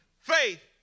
faith